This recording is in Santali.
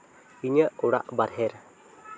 ᱤᱧᱟᱹᱜ ᱚᱲᱟᱜ ᱵᱟᱦᱮᱨ